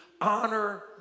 honor